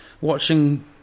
watching